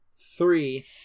three